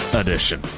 edition